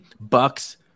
Bucks